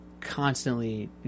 constantly